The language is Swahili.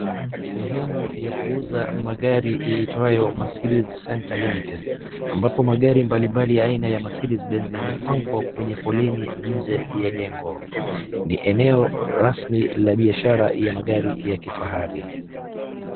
Sehemu ya kuuza magari iitwayo Mercedes center limited ambapo magari mbalimbali ya aina ya Mercedes Benz yamepangwa kwenye foleni nje ya jengo. Ni eneo rasmi la biashara ya amagari ya kifahari.